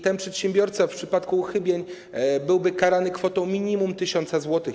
Ten przedsiębiorca w przypadku uchybień byłby karany kwotą minimum 1000 zł.